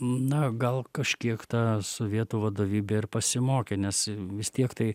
na gal kažkiek ta sovietų vadovybė ir pasimokė nes vis tiek tai